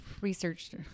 researched